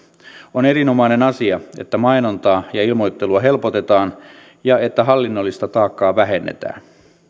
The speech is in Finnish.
on erinomainen asia että mainontaa ja ilmoittelua helpotetaan ja että hallinnollista taakkaa vähennetään